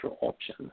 option